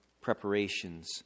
preparations